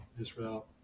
Israel